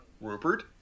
Rupert